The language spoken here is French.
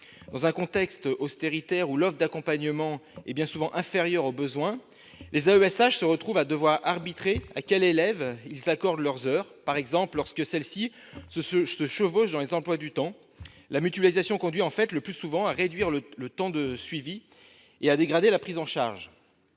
Dans un contexte austéritaire où l'offre d'accompagnement est bien souvent inférieure aux besoins, les AESH se retrouvent à devoir arbitrer entre les élèves pour savoir à qui ils consacreront leurs heures, par exemple lorsque celles-ci se chevauchent dans les emplois du temps. La mutualisation conduit en fait, le plus souvent, à réduire le temps de suivi et à dégrader la prise en charge.